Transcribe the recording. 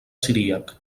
siríac